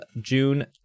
June